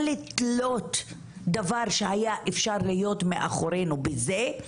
אבל לתלות דבר שהיה אפשר להיות מאחורינו בזה,